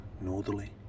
northerly